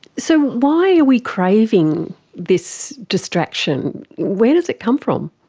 so why are we craving this distraction? where does it come from?